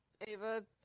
Ava